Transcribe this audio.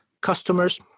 customers